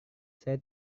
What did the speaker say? saya